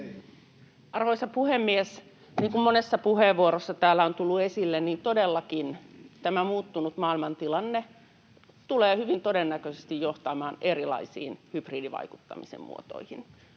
Arvoisa puhemies! Niin kuin monessa puheenvuorossa täällä on tullut esille, todellakin tämä muuttunut maailmantilanne tulee hyvin todennäköisesti johtamaan erilaisiin hybridivaikuttamisen muotoihin,